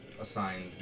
assigned